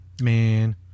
man